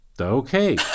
okay